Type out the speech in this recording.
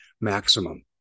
maximum